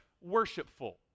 worshipful